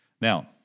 Now